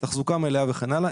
תחזוקה מלאה וכן הלאה,